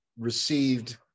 Received